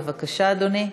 בבקשה, אדוני.